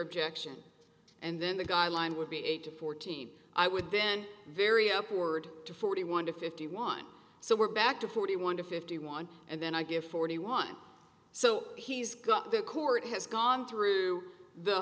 objection and then the guideline would be eight to fourteen i would then very upward to forty one to fifty one so we're back to forty one to fifty one and then i get forty one so he's got the court has gone through the